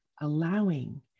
allowing